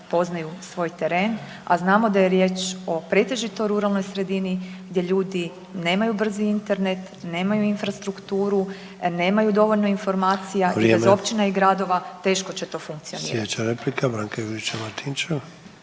poznaju svoj teren a znamo da je riječ o pretežito ruralnoj sredini gdje ljudi nemaju brzi Internet, nemaju infrastrukturu, nemaju dovoljno informacija… …/Upadica Sanader: Vrijeme./… … i bez općina i gradova teško će to funkcionirati. **Sanader, Ante